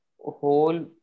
whole